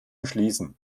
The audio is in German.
schließen